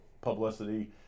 publicity